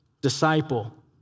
Disciple